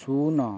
ଶୂନ